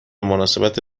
مناسبت